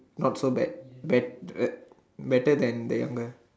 not so bad bet~ better than the younger